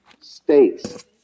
states